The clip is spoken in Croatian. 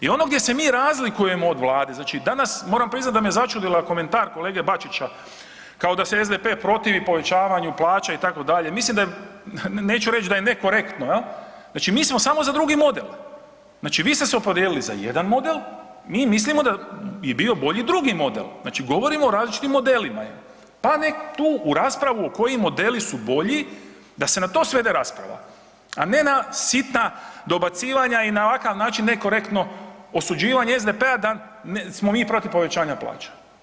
I ono gdje se mi razlikujemo od Vlade, znači, danas moram priznat da me začudio komentar kolege Bačića kao da se SDP protivi povećavanju plaće i tako dalje, mislim da je, neću reći da je nekorektno jel, znači mi smo samo za drugi model, znači vi ste se opredijelili za jedan model, mi mislimo da bi bio bolji drugi model, znači govorimo o različitim modelima, pa nek tu u raspravu koji modeli su bolji, da se na to svede rasprava, a ne na sitna dobacivanja i na ovakav način nekorektno osuđivanje SDP-a da smo mi protiv povećanja plaće.